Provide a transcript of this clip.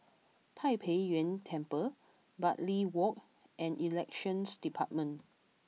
Tai Pei Yuen Temple Bartley Walk and Elections Department